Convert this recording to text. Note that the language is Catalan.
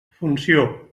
funció